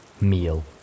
meal